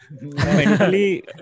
Mentally